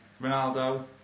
Ronaldo